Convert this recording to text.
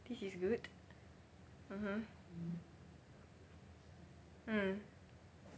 this is good mmhmm mm